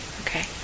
Okay